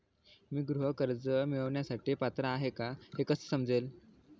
मी गृह कर्ज मिळवण्यासाठी पात्र आहे का हे कसे समजेल?